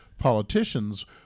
Politicians